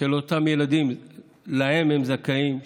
שאותם ילדים זכאים להן,